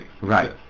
Right